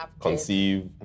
conceive